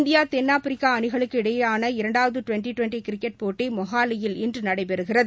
India தென்னாப்பிரிக்கா அணிகளுக்கு இடையேயான இரண்டாவது டுவன்டி டுவன்டி கிரிக்கெட் போட்டி மொஹாலியில் இன்று நடைபெறுகிறது